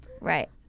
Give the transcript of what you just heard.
Right